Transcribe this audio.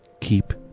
Keep